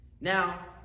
now